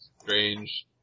strange